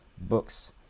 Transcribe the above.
books